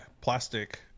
plastic